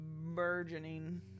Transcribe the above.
burgeoning